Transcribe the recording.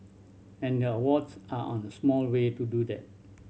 and the awards are on a small way to do that